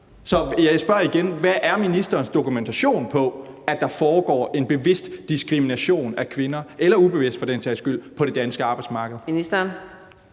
Hvad er ministerens dokumentation for, at der foregår en bevidst diskrimination af kvinder – eller ubevidst for den sags skyld